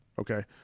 okay